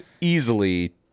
easily